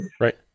Right